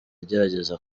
agerageza